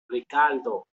ricardo